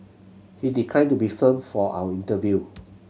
he declined to be filmed for our interview